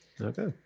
Okay